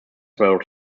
were